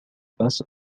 passe